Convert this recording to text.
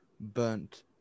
burnt